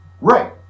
Right